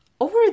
Over